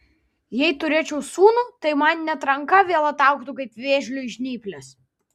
jei turėčiau sūnų tai man net ranka vėl ataugtų kaip vėžliui žnyplės